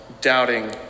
doubting